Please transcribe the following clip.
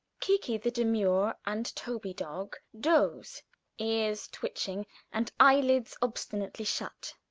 kiki-the-demure and toby-dog doze ears twitching and eyelids obstinately shut.